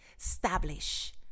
establish